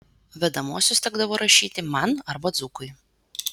vedamuosius tekdavo rašyti man arba dzūkui